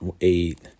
eight